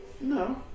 No